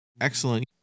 excellent